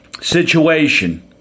situation